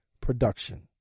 production